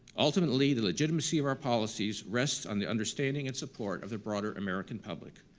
ultimately, the legitimacy of our policies rests on the understanding and support of the broader american public,